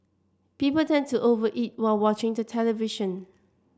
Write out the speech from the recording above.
people tend to over eat while watching the television